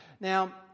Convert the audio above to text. Now